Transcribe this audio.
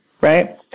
right